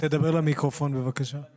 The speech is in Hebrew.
אני רוצה לשמוע כדי